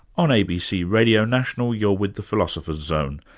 on abc radio national, you're with the philosopher's zone,